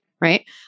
right